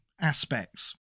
aspects